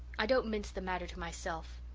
i don't mince the matter to myself.